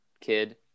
kid